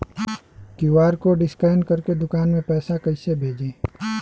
QR code scan करके दुकान में पैसा कइसे भेजी?